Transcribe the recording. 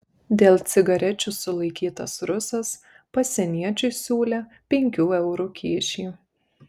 dėl cigarečių sulaikytas rusas pasieniečiui siūlė penkių eurų kyšį